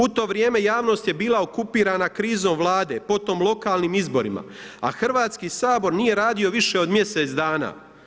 U to vrijeme javnost je bila okupirana krizom Vlade, potom lokalnim izborima, a Hrvatski sabor nije radio više od mjesec dana.